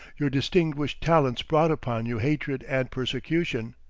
your distinguished talents brought upon you hatred and persecution.